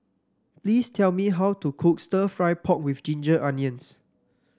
please tell me how to cook stir fry pork with Ginger Onions